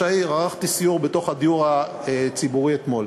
העיר סיור בדירות הדיור הציבורי אתמול.